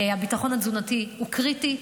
הביטחון התזונתי הוא קריטי,